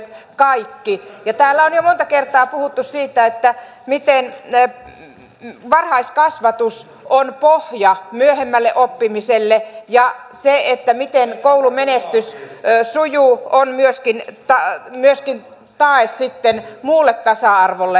täällä on jo monta kertaa puhuttu siitä miten varhaiskasvatus on pohja myöhemmälle oppimiselle ja se miten koulumenestys sujuu on myöskin tae sitten muulle tasa arvolle